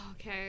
okay